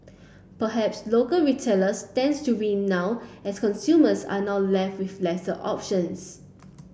perhaps local retailers stands to win now as consumers are now left with lesser options